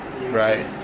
Right